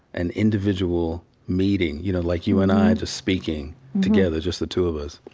an individual meeting, you know, like you and i just speaking together just the two of us